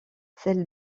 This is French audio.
celle